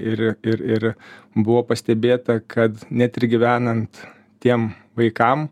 ir ir ir buvo pastebėta kad net ir gyvenant tiem vaikam